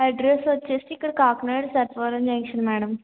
address వచ్చి ఇక్కడ Kakinada Sarpavaram junction madam